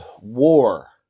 war